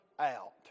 out